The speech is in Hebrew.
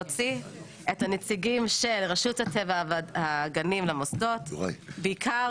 להוסיף את הנציגים של רשות הטבע והגנים למוסדות בעיקר